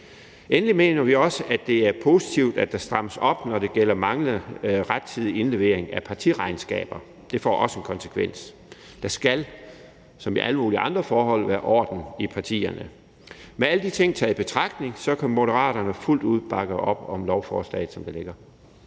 Endelig mener vi også, det er positivt, at der strammes op, når det gælder manglende rettidig indlevering af partiregnskaber – det får også en konsekvens. Der skal som i alle mulige andre forhold være orden i partierne. Med alle de ting taget i betragtning kan Moderaterne fuldt ud bakke op om lovforslaget, som det ligger.